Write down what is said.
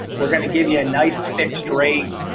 we're going to give you a nice fixed rate.